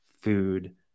food